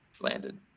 landed